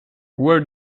where